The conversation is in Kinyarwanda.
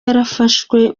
yarafashwe